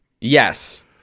Yes